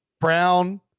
Brown